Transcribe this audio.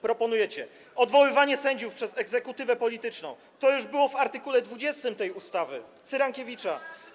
Proponujecie odwoływanie sędziów przez egzekutywę polityczną - to już było w art. 20 tej ustawy Cyrankiewicza.